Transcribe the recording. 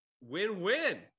win-win